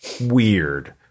weird